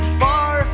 far